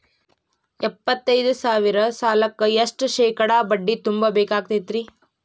ಎಪ್ಪತ್ತೈದು ಸಾವಿರ ಸಾಲಕ್ಕ ಎಷ್ಟ ಶೇಕಡಾ ಬಡ್ಡಿ ತುಂಬ ಬೇಕಾಕ್ತೈತ್ರಿ?